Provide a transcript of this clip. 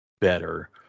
better